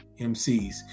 MCs